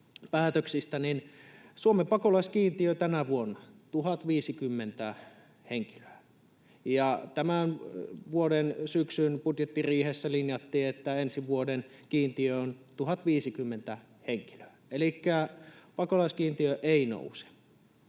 Suomen pakolaiskiintiö tänä vuonna on 1 050 henkilöä, ja tämän vuoden syksyn budjettiriihessä linjattiin, että ensi vuoden kiintiö on 1 050 henkilöä, elikkä pakolaiskiintiö ei nouse,